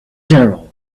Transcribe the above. general